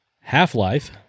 Half-Life